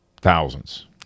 thousands